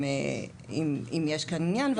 אם יש כאן עניין,